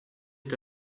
est